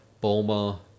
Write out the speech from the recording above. BOMA